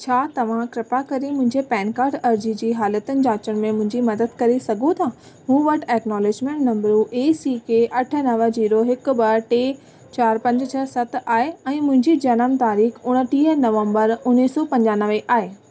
छा तव्हां कृपा करे मुंहिंजे पैन कार्ड अर्ज़ी जी हालतुनि जाचुनि में मुंहिंजी मदद करे सघो था मूं वटि acknowledgement number A C K अठ नव ज़ीरो हिकु ॿ टे चारि पंज छह सत आहे ऐं मुंहिंजी जनम तारीख़ु उणटीह नवंबर उणिवीह सौ पंजानवे आहे